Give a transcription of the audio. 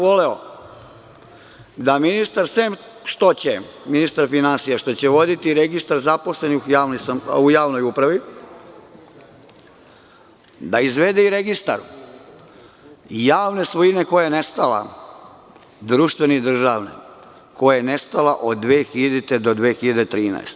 Voleo bih da ministar finansija, sem što će voditi registar zaposlenih u javnoj upravi, izvede i registar javne svojine koja je nestala, društvene i državne, koja je nestala od 2000-20013.